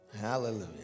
Hallelujah